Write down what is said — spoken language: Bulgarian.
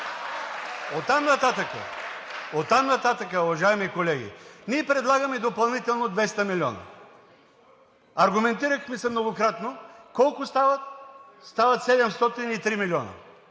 от ДПС.) Оттам нататък, уважаеми колеги, ние предлагаме допълнително 200 милиона. Аргументирахме се многократно колко стават. Стават 703 милиона!